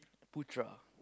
Putra